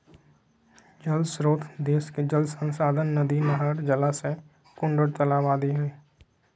जल श्रोत देश के जल संसाधन नदी, नहर, जलाशय, कुंड आर तालाब आदि हई